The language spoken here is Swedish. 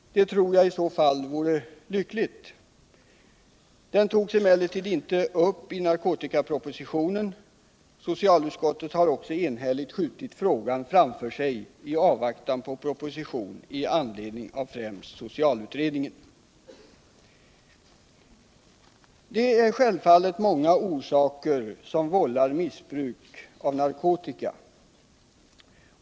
Det tror jag i så fall vore lyckligt. Den togs emellertid inte upp i narkotikapropositionen. Socialutskottet har också enhälligt skjutit frågan framför sig i avvaktan på en proposition i anledning av främst socialutredningen. Det är självfallet många orsaker som vållar missbruk av narkotika.